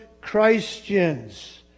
Christians